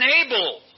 enable